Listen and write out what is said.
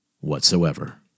whatsoever